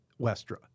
Westra